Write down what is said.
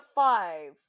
five